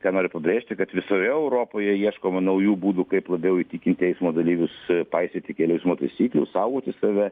ką noriu pabrėžti kad visoje europoje ieškoma naujų būdų kaip labiau įtikinti eismo dalyvius paisyti kelių eismo taisyklių saugoti save